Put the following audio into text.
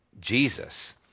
Jesus